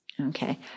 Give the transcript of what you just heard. Okay